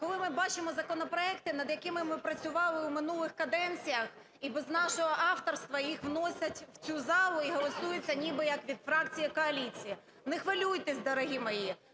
коли ми бачимо законопроекти, над якими ми працювали у минулих каденціях і без нашого авторства їх вносять в цю залу і голосуються ніби як від фракції коаліції. Не хвилюйтесь, дорогі мої,